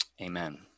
amen